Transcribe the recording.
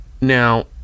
Now